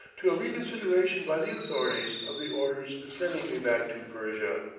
to a reconsideration by the authorities of the orders sending me back to persia.